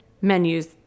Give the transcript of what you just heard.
menus